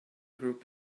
group